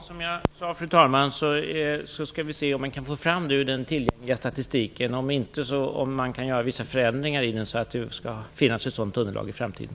Fru talman! Som jag sade tidigare skall vi försöka få fram sådana uppgifter ur den tillgängliga statistiken. Om det behövs får vi göra vissa förändringar i den så att det finns ett sådant underlag i framtiden.